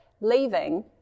leaving